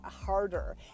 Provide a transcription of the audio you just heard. harder